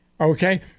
okay